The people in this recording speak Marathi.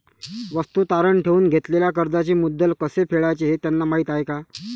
वस्तू तारण ठेवून घेतलेल्या कर्जाचे मुद्दल कसे फेडायचे हे त्यांना माहीत आहे का?